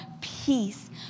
peace